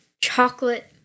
chocolate